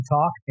Talk